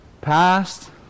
Past